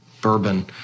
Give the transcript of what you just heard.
bourbon